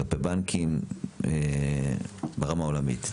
כלפי בנקים ברמה עולמית.